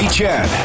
Chad